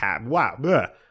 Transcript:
wow